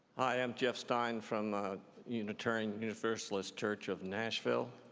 i'm jeff stein from unitarian universalist church of nashville.